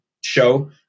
show